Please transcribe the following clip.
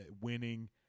winning